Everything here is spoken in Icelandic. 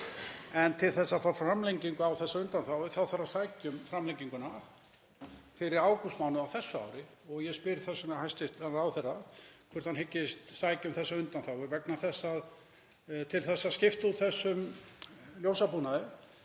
en til að fá framlengingu á þessari undanþágu þarf að sækja um framlenginguna fyrir ágústmánuð á þessu ári. Ég spyr þess vegna hæstv. ráðherra hvort hann hyggist sækja um þessa undanþágu vegna þess að það að skipta út þessum ljósabúnaði